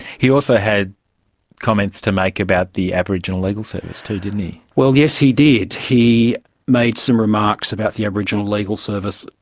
he also had comments to make about the aboriginal legal service too, didn't he. yes, he did. he made some remarks about the aboriginal legal service,